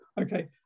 Okay